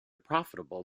profitable